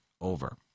over